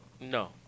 No